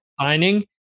signing